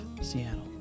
Seattle